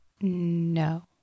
No